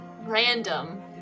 random